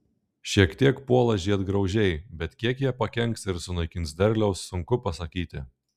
šiek tiek puola žiedgraužiai bet kiek jie pakenks ir sunaikins derliaus sunku pasakyti